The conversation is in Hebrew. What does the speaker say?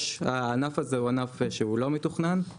הענף הזה הוא ענף שהוא לא מתוכנן,